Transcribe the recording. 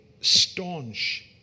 staunch